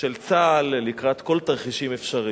של צה"ל לקראת תרחישים אפשריים.